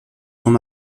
sont